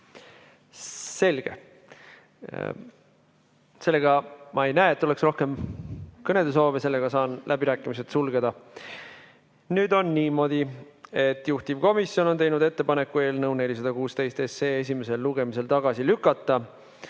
Selge. Ma ei näe, et oleks rohkem kõnesoove. Saan läbirääkimised sulgeda. Nüüd on niimoodi, et juhtivkomisjon on teinud ettepaneku eelnõu 416 esimesel lugemisel tagasi lükata